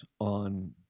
on